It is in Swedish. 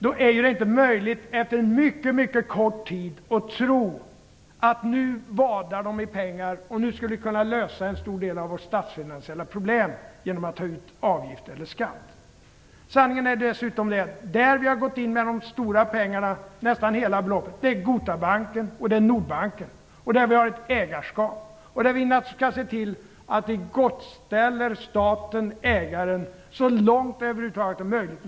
Då är det inte möjligt att efter en mycket kort tid tro att bankerna vadar i pengar och att vi skulle kunna lösa en stor del av de statsfinansiella problemen genom att ta ut avgifter eller skatter. Sanningen är dessutom den att vi har gått in med de stora pengarna, nästan hela beloppet, när det gäller Gotabanken och Nordbanken, där vi har ett ägarskap. Vi skall naturligtvis se till att vi gottgör staten, ägaren, så långt det över huvud taget är möjligt.